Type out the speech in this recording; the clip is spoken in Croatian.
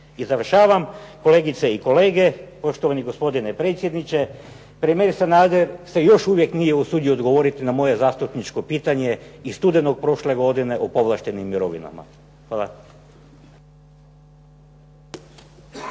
I završavam kolegice i kolege, poštovani gospodine predsjedniče, premijer Sanader se još uvijek nije usudio odgovoriti na moje zastupničko pitanje iz studenog prošle godine o povlaštenim mirovinama. Hvala.